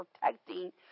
protecting